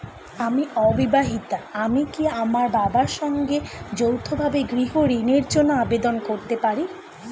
আমি অবিবাহিতা আমি কি আমার বাবার সঙ্গে যৌথভাবে গৃহ ঋণের জন্য আবেদন করতে পারি?